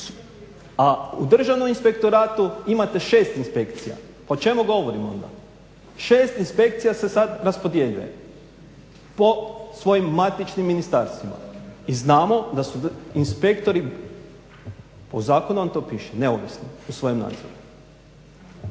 a u Državnom inspektoratu imate 6 inspekcija. Pa o čemu govorim onda? 6 inspekcija se sada raspodjeljuje po svojim matičnim ministarstvima. I znamo da su inspektori, po zakonu vam to piše neovisni u svojem nadzoru.